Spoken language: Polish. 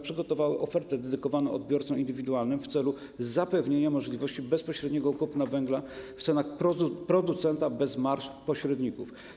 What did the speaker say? Przygotowały ofertę dedykowaną odbiorcom indywidualnym w celu zapewnienia możliwości bezpośredniego kupna węgla po cenach producenta bez marż pośredników.